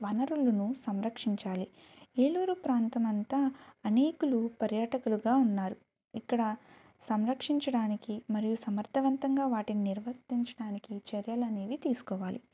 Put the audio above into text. వనరులను సంరక్షించాలి ఏలూరు ప్రాంతం అంతా అనేకులు పర్యాటకులుగా ఉన్నారు ఇక్కడ సంరక్షించడానికి మరియు సమర్థవంతంగా వాటిని నిర్వర్థించడానికి చర్యలు అనేవి తీసుకోవాలి